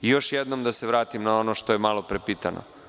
Još jednom da se vratimo na ono što je malo pre pitano.